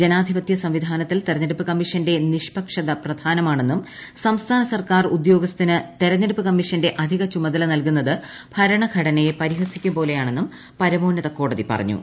ജനാധിപത്യ സംവിധാനത്തിൽ തിരഞ്ഞെടുപ്പ് കമ്മീഷ്ട്ന്റെ നിഷ്പക്ഷത പ്രധാനമാണെന്നും സംസ്ഥാന സ്ക്ർക്കാർ ഉദ്യോഗസ്ഥന് തെരഞ്ഞെടുപ്പ് കമ്മീഷന്റെ അധിക ചുമതല നൽകുന്നത് ഭരണഘടനയെ പരിഹസിക്കു്കു പോലെയാണെന്നും പരമോന്നത കോടതി പറഞ്ഞു